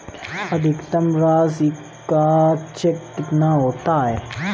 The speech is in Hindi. अधिकतम राशि का चेक कितना होता है?